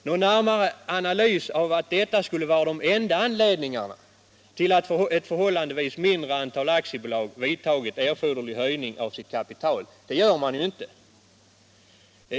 Någon närmare analys av att detta skulle vara de enda anledningarna till att ett förhållandevis litet antal aktiebolag vidtagit erforderlig höjning av sitt kapital redovisas inte.